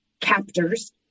captors